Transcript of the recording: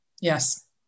Yes